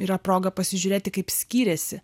yra proga pasižiūrėti kaip skyrėsi